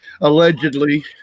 allegedly